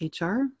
HR